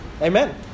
Amen